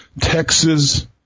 Texas